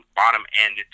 bottom-end